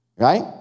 right